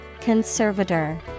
Conservator